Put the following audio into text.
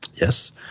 Yes